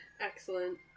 Excellent